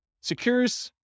secures